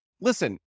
listen